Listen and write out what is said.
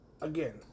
again